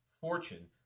fortune